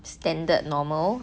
standard normal